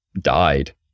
died